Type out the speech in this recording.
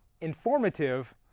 informative